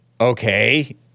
Okay